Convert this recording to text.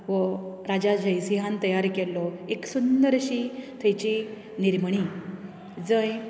हो राजा जयसिंहान तयार केल्लो एक सुंदर अशी थंयची निर्मणी जंय